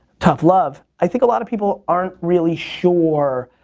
tough love. i think a lot of people aren't really sure